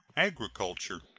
agriculture.